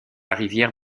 rivière